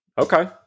Okay